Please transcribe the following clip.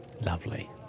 Lovely